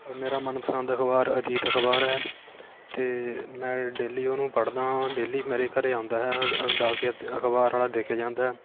ਮੇਰਾ ਮਨਪਸੰਦ ਅਖਬਾਰ ਅਜੀਤ ਅਖਬਾਰ ਹੈ ਅਤੇ ਮੈਂ ਡੇਲੀ ਉਹਨੂੰ ਪੜ੍ਹਦਾ ਹਾਂ ਡੇਲੀ ਮੇਰੇ ਘਰ ਆਉਂਦਾ ਹੈ ਡਾਕੀਆ ਅਖਬਾਰ ਵਾਲਾ ਦੇ ਕੇ ਜਾਂਦਾ